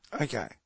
Okay